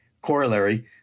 corollary